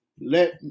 let